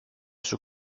σου